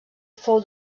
fou